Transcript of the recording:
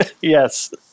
Yes